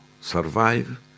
survive